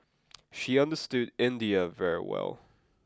she understood India very well